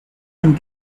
and